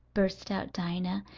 burst out dinah,